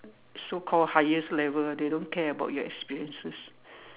so called highest level they don't care about your experiences